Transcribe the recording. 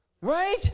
right